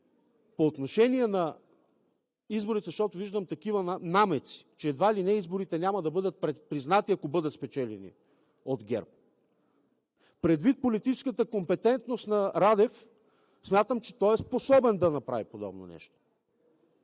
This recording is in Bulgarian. по отношение на изборите виждам намеци, че едва ли не изборите няма да бъдат признати, ако бъдат спечелени от ГЕРБ. Предвид политическата компетентност на Радев, смятам, че той е способен да направи подобно нещо